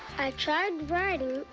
i tried riding,